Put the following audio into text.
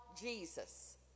Jesus